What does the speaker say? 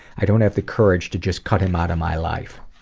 i don't have the courage to just cut him out of my life.